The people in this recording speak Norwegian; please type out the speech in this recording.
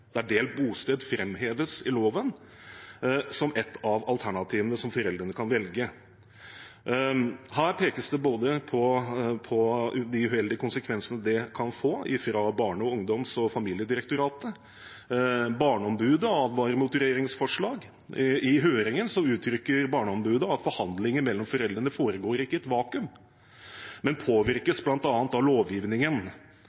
delt bosted framheves i loven som et av alternativene som foreldrene kan velge. Her peker Barne-, ungdoms- og familiedirektoratet på de uheldige konsekvensene det kan få. Barneombudet advarer mot regjeringens forslag. I høringen uttrykker Barneombudet at forhandlinger mellom foreldrene ikke foregår i et vakuum, men